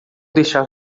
deixar